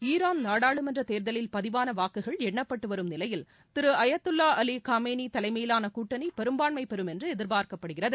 Iran நாடாளுமன்ற தேர்தலில் பதிவான வாக்குகள் எண்ணப்பட்டு வரும் நிலையில் திரு அயத்துல்லா அலி காமேனி தலைமையிலான கூட்டணி பெரும்பான்மை பெறும் என்று எதிர்பார்க்கப்படுகிறது